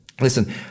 Listen